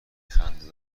خنده